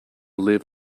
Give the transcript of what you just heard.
live